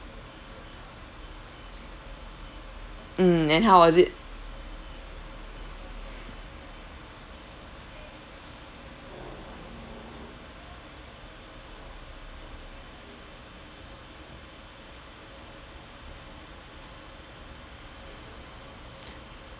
mm and how was it